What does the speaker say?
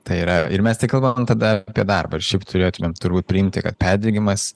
tai yra ir mes tai kalbam tada apie darbą ir šiaip turėtumėm turbūt priimti kad perdegimas